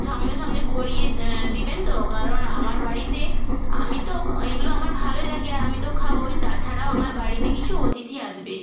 সঙ্গে সঙ্গে করিয়ে দেবেন তো কারণ আমার বাড়িতে আমি তো এগুলো আমার ভালো লাগে আর আমি তো খাবোই তাছাড়াও আমার বাড়িতে কিছু অতিথি আসবে